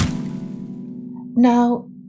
Now